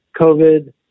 COVID